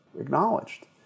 acknowledged